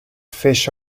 fish